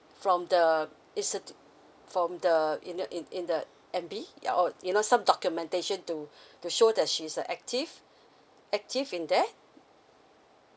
from the it's a from the you know in in the M_B or you know some documentation to to show that she's uh active active in there